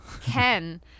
Ken